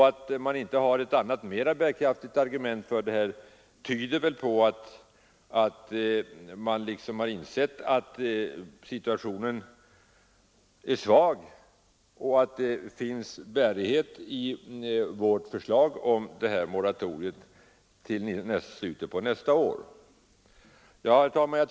Att man inte har något mera bärkraftigt argument att anföra tyder på att man har en svag position och att det alltså finns bärande skäl för vårt förslag om ett moratorium till slutet av nästa år. Herr talman!